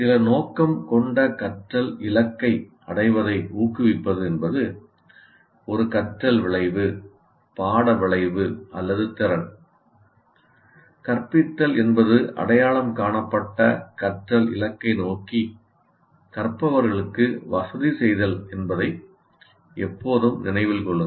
சில நோக்கம் கொண்ட இலக்கை அடைவதை ஊக்குவிப்பது என்பது நமக்கு ஒரு கற்றல் விளைவு பாட விளைவு திறன் சில பாட விளைவுகளின் கீழ் திறன் "கற்பித்தல் என்பது அடையாளம் காணப்பட்ட கற்றல் இலக்கை நோக்கி கற்பவர்களுக்கு வசதி செய்தல்" என்பதை எப்போதும் நினைவில் கொள்ளுங்கள்